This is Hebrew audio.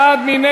59 בעד, 61